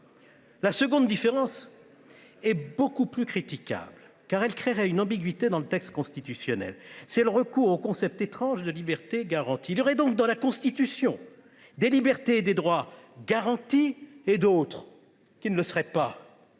La seconde différence est beaucoup plus critiquable, car elle créerait une ambiguïté dans le texte constitutionnel : il s’agit du recours au concept étrange de « liberté garantie ». Il y aurait donc, dans la Constitution, des libertés et des droits « garantis », et d’autres qui ne le seraient pas.